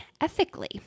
ethically